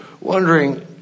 wondering